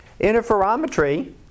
Interferometry